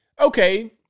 okay